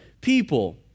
people